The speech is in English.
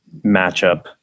matchup